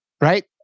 right